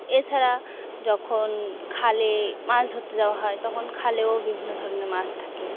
এছাড়া যখন খালে মাছ ধরতে যাওয়া হয় তখন খালেও বিভিন্ন ধরনের মাছ থাকে